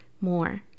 more